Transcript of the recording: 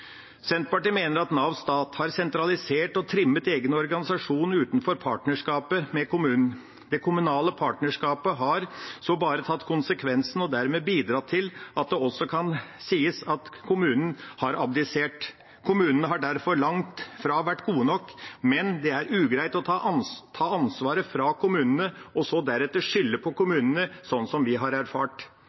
egen organisasjon utenfor partnerskapet med kommunen. Det kommunale partnerskapet har så bare tatt konsekvensen og dermed bidratt til at det også kan sies at kommunen har abdisert. Kommunene har derfor langt fra vært gode nok, men det er ugreit å ta ansvaret fra kommunene og så deretter skylde på kommunene, sånn som vi har erfart.